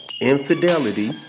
infidelity